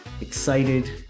excited